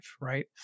right